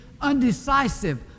undecisive